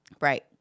Right